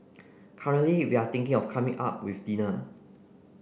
currently we are thinking of coming up with dinner